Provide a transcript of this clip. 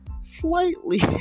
slightly